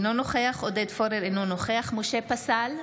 אינו נוכח עודד פורר, אינו נוכח משה פסל,